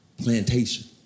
Plantation